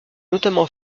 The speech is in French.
notamment